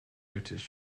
notice